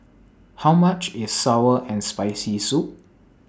How much IS Sour and Spicy Soup